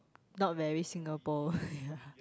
not very Singapore ya